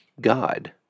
God